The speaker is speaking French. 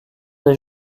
des